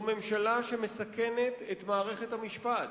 זו ממשלה שמסכנת את מערכת המשפט.